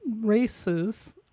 races